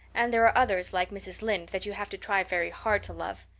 and there are others, like mrs. lynde, that you have to try very hard to love.